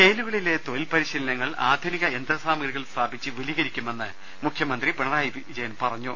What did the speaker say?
ജയിലുകളിലെ തൊഴിൽ പരിശീലനങ്ങൾ ആധുനിക യന്ത്രസാമഗ്രി കൾ സ്ഥാപിച്ച് വിപുലീകരിക്കുമെന്ന് മുഖ്യമന്ത്രി പിണറായി വിജയൻ പറഞ്ഞു